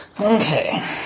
Okay